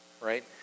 right